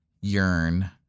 yearn